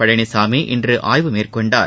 பழனிசாமி இன்று ஆய்வு மேற்கொண்டார்